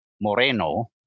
Moreno